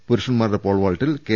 പുരുഷന്മാരുടെ പോൾവാൾട്ടിൽ കെ